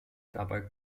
dabei